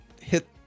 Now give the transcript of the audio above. hit